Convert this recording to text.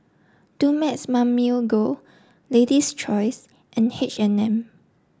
Dumex Mamil Gold lady's choice and H and M